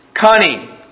cunning